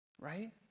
Right